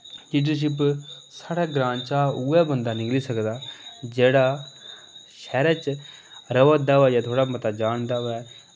leadership साढ़े ग्रां चा उ'यै बंदा निकली सकदा जेह्ड़ा शैह्रे च र'वै दा होऐ जां थोह्ड़ा मता जंदा होऐ